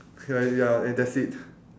K ya eh that's it